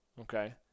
Okay